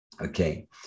okay